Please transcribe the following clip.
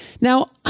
Now